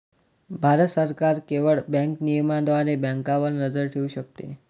भारत सरकार केवळ बँक नियमनाद्वारे बँकांवर नजर ठेवू शकते